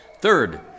Third